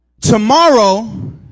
Tomorrow